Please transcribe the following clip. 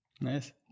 Nice